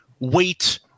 wait